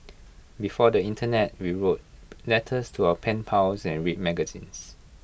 before the Internet we wrote letters to our pen pals and read magazines